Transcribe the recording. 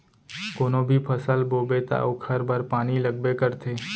कोनो भी फसल बोबे त ओखर बर पानी लगबे करथे